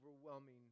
overwhelming